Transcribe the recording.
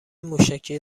موشکی